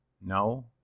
No